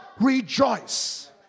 Rejoice